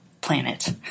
planet